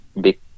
big